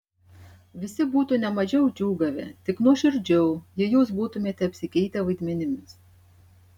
visi būtų ne mažiau džiūgavę tik nuoširdžiau jei jūs būtumėte apsikeitę vaidmenimis